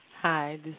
Hi